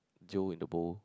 jail in a bowl